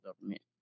government